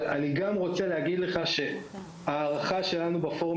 אני רוצה להגיד לך שההערכה שלנו בפורום